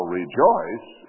rejoice